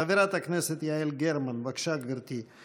חברת הכנסת יעל גרמן, בבקשה, גברתי.